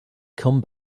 come